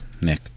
Nick